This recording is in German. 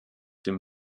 dem